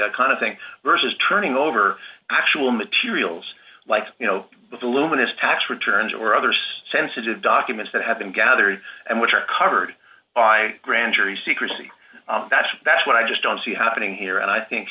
that kind of thing versus turning over actual materials like you know the luminous tax returns or other sensitive documents that have been gathered and which are covered by grand jury secrecy that that's what i just don't see happening here and i think